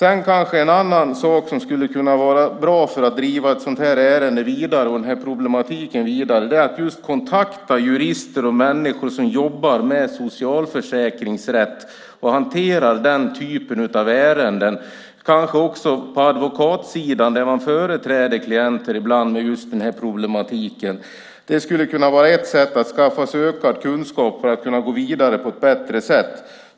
En annan sak som skulle kunna vara bra att driva i ett sådant här ärende för att föra det vidare är att kontakta jurister och människor som jobbar med socialförsäkringsrätt och hanterar den typen av ärenden, kanske advokater som ibland företräder klienter med sådana här problem. Det skulle kunna vara ett sätt att skaffa sig ökad kunskap för att kunna gå vidare på ett bättre sätt.